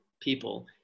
people